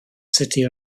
city